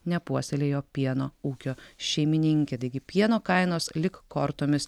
nepuoselėjo pieno ūkio šeimininkė taigi pieno kainos lyg kortomis